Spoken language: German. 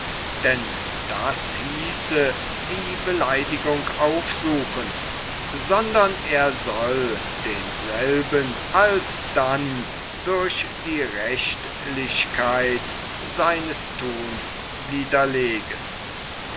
denn das hieße die beleidigung aufsuchen sondern er soll denselben alsdann durch die rechtlichkeit seines thuns widerlegen